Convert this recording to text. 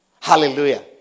Hallelujah